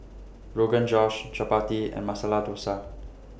Rogan Josh Chapati and Masala Dosa